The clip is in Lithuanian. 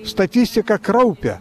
statistiką kraupią